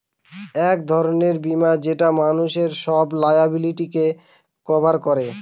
এক ধরনের বীমা যেটা মানুষের সব লায়াবিলিটিকে কভার করে